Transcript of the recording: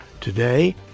today